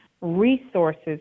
resources